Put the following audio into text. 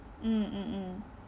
mm mm mm